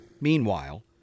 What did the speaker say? Meanwhile